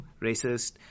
racist